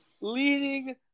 leading